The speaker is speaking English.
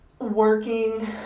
working